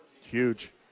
Huge